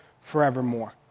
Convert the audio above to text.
forevermore